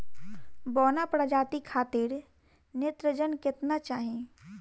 बौना प्रजाति खातिर नेत्रजन केतना चाही?